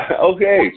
Okay